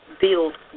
Build